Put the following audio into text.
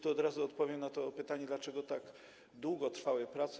Tu od razu odpowiem na to pytanie, dlaczego tak długo trwały prace.